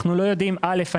אנחנו לא יודעים אל"ף,